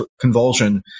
convulsion